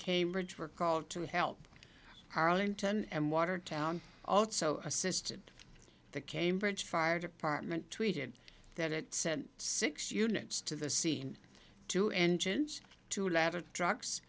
cambridge were called to help arlington and watertown also assisted the cambridge fire department tweeted that it sent six units to the scene two engines two ladder trucks